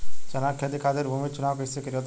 चना के खेती खातिर भूमी चुनाव कईसे करी?